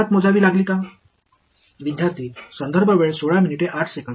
இது ஒரு நல்ல முடிவைப் பெறுவதற்கு நீங்கள் ஒரு விலை செலுத்த வேண்டுமா